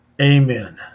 Amen